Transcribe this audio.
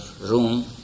room